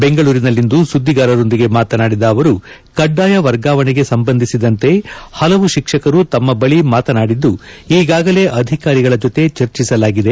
ಬೆಂಗಳೂರಿನಲ್ಲಿಂದು ಸುದ್ದಿಗಾರರೊಂದಿಗೆ ಮಾತನಾಡಿದ ಅವರುಕಡ್ಡಾಯ ವರ್ಗಾವಣೆಗೆ ಸಂಬಂಧಿಸಿದಂತೆ ಹಲವು ಶಿಕ್ಷಕರು ತಮ್ಮ ಬಳಿ ಮಾತನಾಡಿದ್ದು ಈಗಾಗಲೇ ಅಧಿಕಾರಿಗಳ ಜೊತೆ ಚರ್ಚಿಸಲಾಗಿದೆ